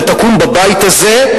ותקום בבית הזה,